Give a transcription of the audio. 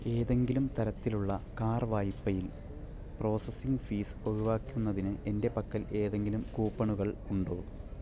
ഏതെങ്കിലും തരത്തിലുള്ള കാർ വായ്പയിൽ പ്രോസസ്സിംഗ് ഫീസ് ഒഴിവാക്കുന്നതിന് എൻ്റെ പക്കൽ എന്തെങ്കിലും കൂപ്പണുകൾ ഉണ്ടോ